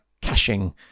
caching